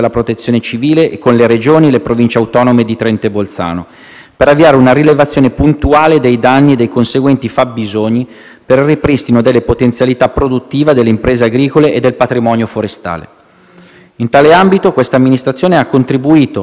per avviare una rilevazione puntuale dei danni e dei conseguenti fabbisogni per il ripristino delle potenzialità produttive delle imprese agricole e del patrimonio forestale. In tale ambito, questa Amministrazione ha contribuito alla stesura di una prima ordinanza di protezione civile per il settore agricolo